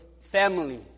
family